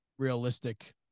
realistic